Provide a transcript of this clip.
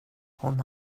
hon